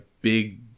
big